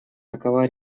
такова